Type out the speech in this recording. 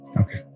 Okay